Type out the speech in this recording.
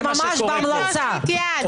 בוא